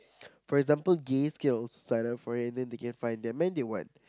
for example gay skill sign up for it then they can find their man they want